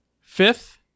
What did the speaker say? Fifth